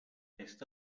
está